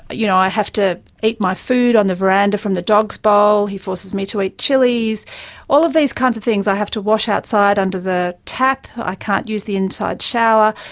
but you know i have to eat my food on the veranda from the dog's bowl, he forces me to eat chilies all of these kinds of things, i have to wash outside under the tap, i can't use the inside shower.